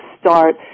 start